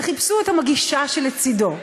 וחיפשו את המגישה שלצדו.